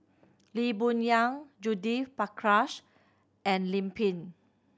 Lee Boon Yang Judith Prakash and Lim Pin